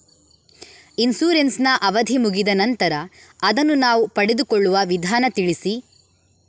Insurance ನ ಅವಧಿ ಮುಗಿದ ನಂತರ ಅದನ್ನು ನಾವು ಪಡೆದುಕೊಳ್ಳುವ ವಿಧಾನ ತಿಳಿಸಿ?